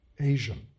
Asian